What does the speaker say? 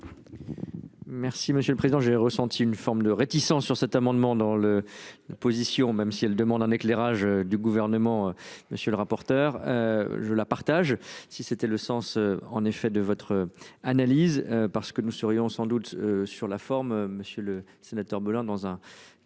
Merci, monsieur le Président, j'ai ressenti une forme de réticences sur cet amendement dans le la position même si elle demande un éclairage du gouvernement. Monsieur le rapporteur. Je la partage. Si c'était le sens en effet de votre analyse parce que nous serions sans doute sur la forme. Monsieur le sénateur blanc dans un